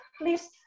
please